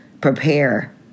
prepare